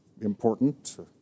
important